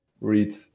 read